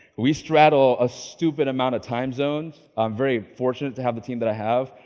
we straddle a stupid amount of time zones. i'm very fortunate to have the team that i have,